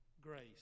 grace